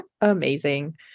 Amazing